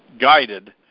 guided